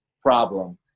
problem